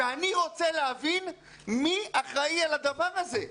אני רוצה להבין מי אחראי על הדבר הזה?